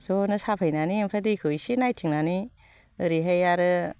जनो साफायनानै ओमफ्राय दैखौ इसे नायथिंनानै ओरैहाय आरो